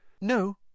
No